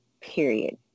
period